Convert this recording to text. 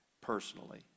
personally